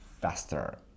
faster